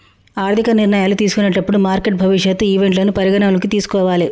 ఆర్థిక నిర్ణయాలు తీసుకునేటప్పుడు మార్కెట్ భవిష్యత్ ఈవెంట్లను పరిగణనలోకి తీసుకోవాలే